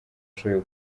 ashoboye